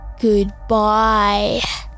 Goodbye